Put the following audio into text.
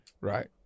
Right